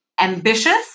Ambitious